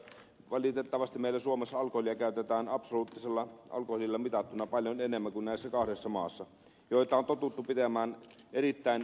valitettavasti meillä suomessa alkoholia käytetään absoluuttisella alkoholilla mitattuna paljon enemmän kuin näissä kahdessa maassa joita on totuttu pitämään erittäin runsaan kulutuksen maina